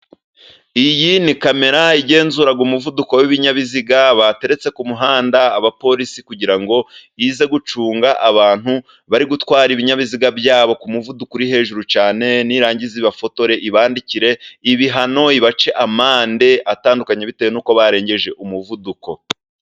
Iyi ni kamera igenzura umuvuduko w'ibinyabiziga bateretse ku muhanda abapolisi, kugira ngo ize gucunga abantu bari gutwara ibinyabiziga byabo ku muvuduko uri hejuru cyane. Nirangiza ibafotore, ibandikire ibihano, ibace amande atandukanye, bitewe n'uko barengeje umuvuduko.